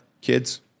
kids